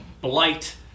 blight